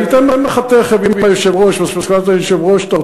היכולות שלך,